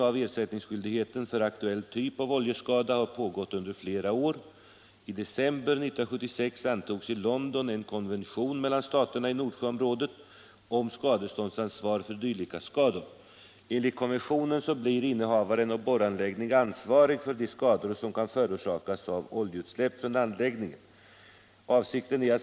Avsikten är att Sverige och vissa andra stater i dessa dagar skall underteckna den nya konventionen.